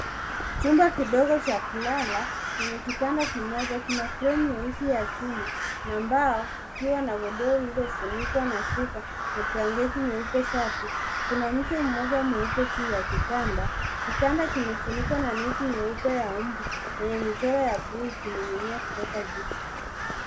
Chumba kidogo cha kulala chenye kitanda kimoja kina fremu nyeusi ya chuma na mbao ikiwa na godorio lililofunikwa na shuka na blangeti nyeupe safi. Kuna mtu mmoja mweupe juu ya kitanda. Kitanda kimefunikwa na neti nyeupe ya mbu lenye michoro ya bui ikining'inia kutoka juu.